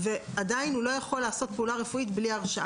ועדיין הוא לא יכול לעשות פעולה רפואית בלי הרשאה.